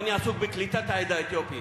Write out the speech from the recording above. אני עסוק בקליטת העדה האתיופית.